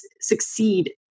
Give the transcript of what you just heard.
succeed